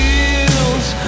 Feels